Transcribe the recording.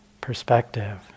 perspective